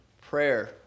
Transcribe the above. prayer